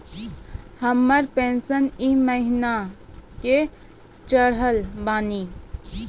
हमर पेंशन ई महीने के चढ़लऽ बानी?